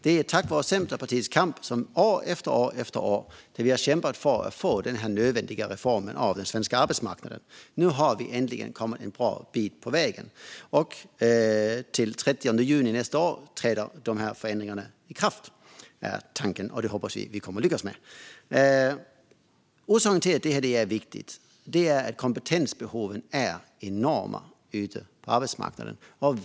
Det är tack vare Centerpartiets kamp. År efter år efter år har vi har kämpat för denna nödvändiga reform av den svenska arbetsmarknaden. Nu har vi äntligen kommit en bra bit på vägen. Tanken är att dessa förändringar ska träda i kraft den 30 juni nästa år. Vi hoppas att vi kommer att lyckas med det. Orsaken till att detta är viktigt är att kompetensbehoven är enorma ute på arbetsmarknaden.